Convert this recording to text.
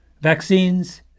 Vaccines